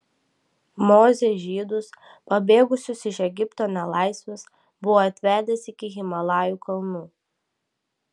mozė žydus pabėgusius iš egipto nelaisvės buvo atvedęs iki himalajų kalnų